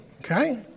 okay